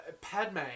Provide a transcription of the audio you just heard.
Padme